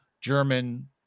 German